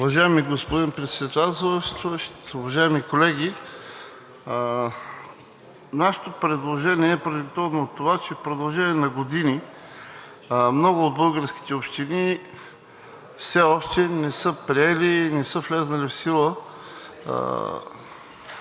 Уважаеми господин Председателстващ, уважаеми колеги! Нашето предложение е продиктувано от това, че в продължение на години много от българските общини все още не са приели, не са влезли в сила